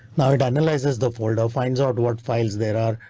now it analyzes the folder, finds out what files there are.